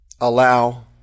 allow